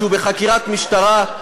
שהוא בחקירת משטרה.